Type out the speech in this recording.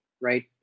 right